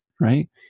right